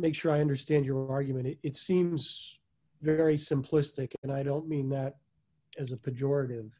make sure i understand your argument it seems very simplistic and i don't mean that as a pejorative